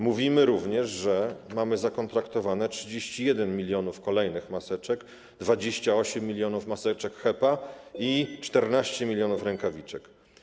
Mówimy również, że mamy zakontraktowane 31 mln kolejnych maseczek, 28 mln maseczek hepa i 14 mln rękawiczek.